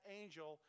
angel